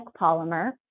polymer